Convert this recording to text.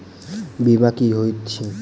बीमा की होइत छी?